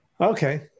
Okay